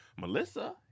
Melissa